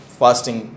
fasting